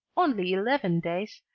only eleven days,